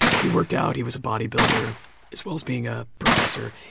he worked out. he was a body builder as well as being a professor.